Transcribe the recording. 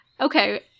okay